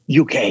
UK